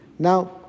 Now